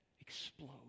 explode